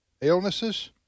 illnesses